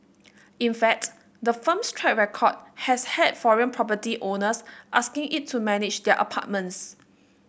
in fact the firm's track record has had foreign property owners asking it to manage their apartments